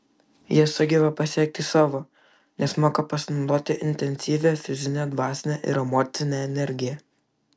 jie sugeba pasiekti savo nes moka pasinaudoti intensyvia fizine dvasine ir emocine energija